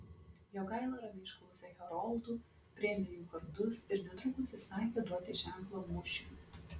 jogaila ramiai išklausė heroldų priėmė jų kardus ir netrukus įsakė duoti ženklą mūšiui